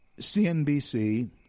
CNBC